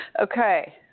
Okay